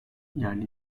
yerli